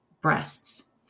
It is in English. breasts